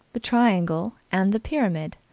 the triangle and the pyramid.